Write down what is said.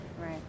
Right